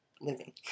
living